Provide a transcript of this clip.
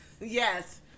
Yes